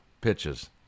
pitches